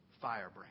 firebrand